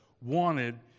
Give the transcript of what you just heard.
wanted